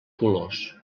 colors